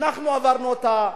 אנחנו עברנו אותה,